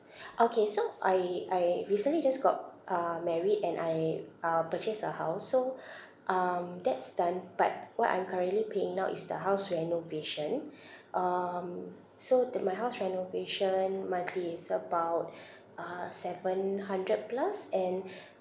okay so I I recently just got uh married and I uh purchased a house so um that's done but what I'm currently paying now is the house renovation um so the my house renovation monthly is about uh seven hundred plus and